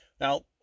now